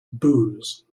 booze